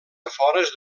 afores